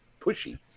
pushy